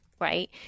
Right